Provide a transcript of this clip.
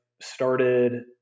started